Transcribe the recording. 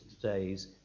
today's